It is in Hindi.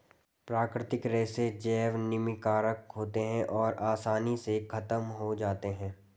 प्राकृतिक रेशे जैव निम्नीकारक होते हैं और आसानी से ख़त्म हो जाते हैं